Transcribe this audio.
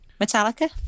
Metallica